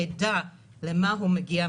יידע למה הוא מגיע,